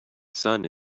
sun